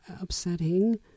upsetting